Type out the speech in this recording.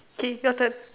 okay your turn